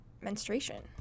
menstruation